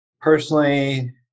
personally